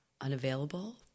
unavailable